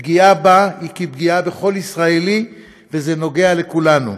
פגיעה בה היא כפגיעה בכל ישראלי, וזה נוגע לכולנו.